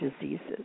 diseases